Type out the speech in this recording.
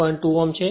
2 Ω છે